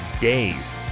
days